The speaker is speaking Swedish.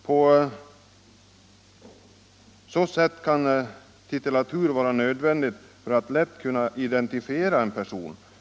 På så sätt kan titulatur vara nödvändig för att man lätt skall kunna identifiera en person.